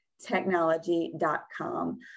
technology.com